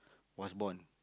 was born